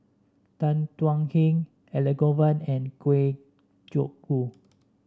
Tan Thuan Heng Elangovan and Kwa Geok Choo